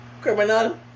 criminal